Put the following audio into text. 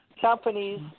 companies